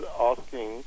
asking